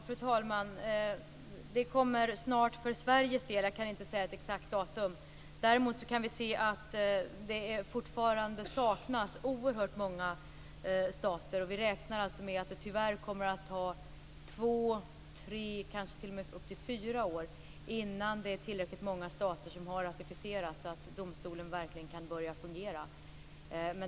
Fru talman! Det kommer för Sveriges del snart. Jag kan inte säga något exakt datum, men däremot kan vi se att det fortfarande saknas oerhört många stater. Vi räknar med att det tyvärr kommer att ta två, tre eller kanske t.o.m. upp till fyra år innan tillräckligt många stater har ratificerat regelverket, så att domstolen verkligen kan börja fungera.